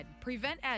PreventEd